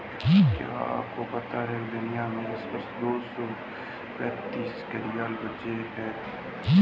क्या आपको पता है दुनिया में सिर्फ दो सौ पैंतीस घड़ियाल बचे है?